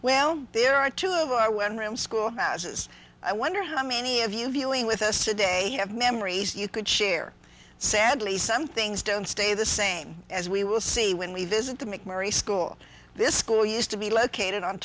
well there are two of our when room school passes i wonder how many of you dealing with us today have memories you could share sadly some things don't stay the same as we will see when we visit the mcmurry school this school used to be located on